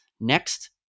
next